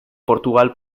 portugal